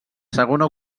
segona